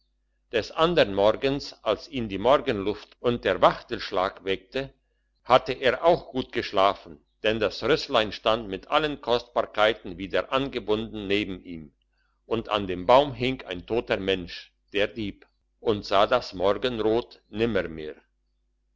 des andern morgens als ihn die morgenluft und der wachtelschlag weckte hatte er auch gut geschlafen denn das rösslein stand mit allen kostbarkeiten wieder angebunden neben ihm und an dem baum hing ein toter mensch der dieb und sah das morgenrot nimmermehr